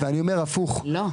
ואני אומר הפוך --- לא,